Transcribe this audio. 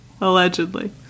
allegedly